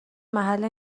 محل